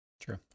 True